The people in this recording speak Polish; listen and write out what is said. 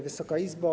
Wysoka Izbo!